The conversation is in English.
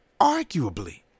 Arguably